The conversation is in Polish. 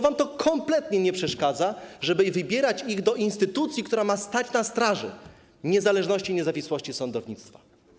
Wam to kompletnie nie przeszkadza w tym, żeby wybierać ich do instytucji, która ma stać na straży niezależności i niezawisłości sądownictwa.